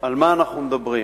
על מה אנחנו מדברים.